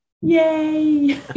yay